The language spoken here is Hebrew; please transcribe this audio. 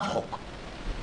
אף חוק.